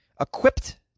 equipped